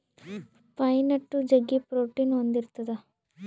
pine nut ಜಗ್ಗಿ protein ಹೊಂದಿರ್ತವ